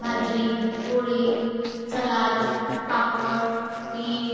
भाजी पोळी चलाद पापड मीठ